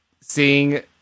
seeing